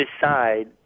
decide